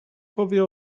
powie